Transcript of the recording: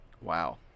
Wow